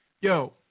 Yo